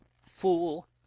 Fool